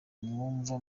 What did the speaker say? wumva